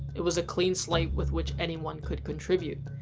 it was a clean slate, with which anyone could contribute.